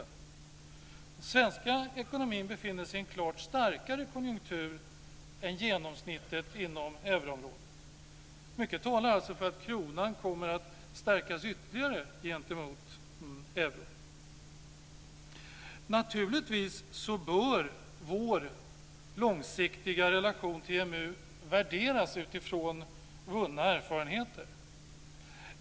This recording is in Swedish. Den svenska ekonomin befinner sig i en klart starkare konjunktur än genomsnittet inom euro-området. Mycket talar alltså för att kronan kommer att stärkas ytterligare gentemot euron. Naturligtvis bör vår långsiktiga relation till EMU värderas utifrån vunna erfarenheter.